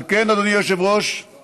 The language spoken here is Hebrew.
על כן, אדוני היושב-ראש החדש,